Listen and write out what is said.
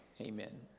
Amen